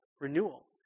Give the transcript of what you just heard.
renewal